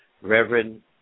Reverend